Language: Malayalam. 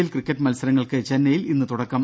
എൽ ക്രിക്കറ്റ് മത്സരങ്ങൾക്ക് ചെന്നൈയിൽ ഇന്ന് തുടക്കം